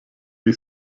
die